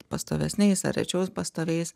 pastovesniais ar rečiau pastoviais